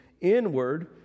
inward